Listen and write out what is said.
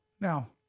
now